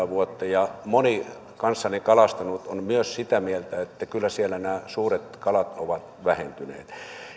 vuotta ja moni kanssani kalastanut on myös sitä mieltä että kyllä siellä nämä suuret kalat ovat vähentyneet